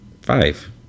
five